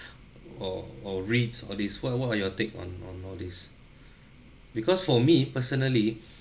or or REITs all these what what are your take on on all these because for me personally